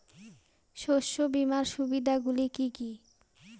শস্য বীমার সুবিধা গুলি কি কি?